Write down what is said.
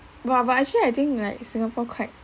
!wah! but actually I think like singapore quite